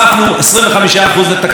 כמו שאמר חברי יוסי יונה,